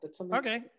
Okay